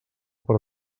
per